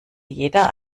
jeder